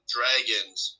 Dragons